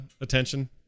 attention